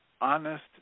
honest